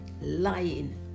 lying